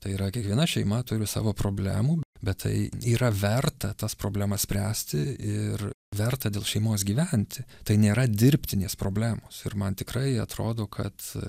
tai yra kiekviena šeima turi savo problemų bet tai yra verta tas problemas spręsti ir verta dėl šeimos gyventi tai nėra dirbtinės problemos ir man tikrai atrodo kad